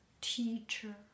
teacher